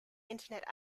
internet